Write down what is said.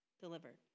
delivered